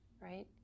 right